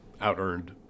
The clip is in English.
out-earned